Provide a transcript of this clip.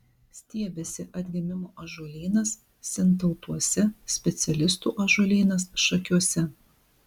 stiebiasi atgimimo ąžuolynas sintautuose specialistų ąžuolynas šakiuose